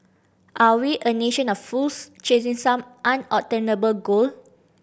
are we a nation of fools chasing some unobtainable goal